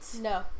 no